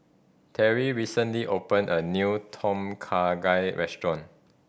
Terri recently open a new Tom Kha Gai restaurant